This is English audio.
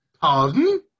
Pardon